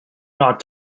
not